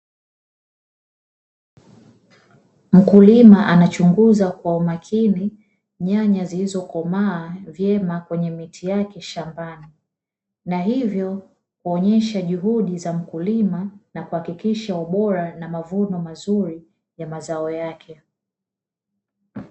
Mkulima anachunguza kwa umakini nyanya zilizokomaa vyema kwenye miti yake shambani. Na hivyo huonesha juhudi za mkulima na kuhakikisha ubora na mavuno mazuri ya mazao yake.